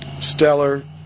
stellar